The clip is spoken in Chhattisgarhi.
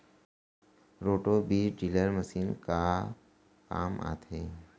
रोटो बीज ड्रिल मशीन का काम आथे?